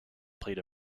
played